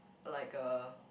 like a